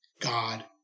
God